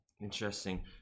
interesting